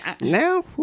now